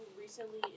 recently